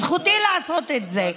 זכותי לעשות את זה.